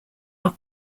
are